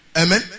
Amen